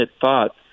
thought